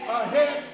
ahead